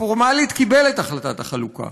שפורמלית קיבל את החלטת החלוקה,